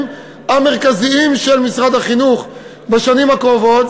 המרכזיים של משרד החינוך בשנים הקרובות,